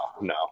no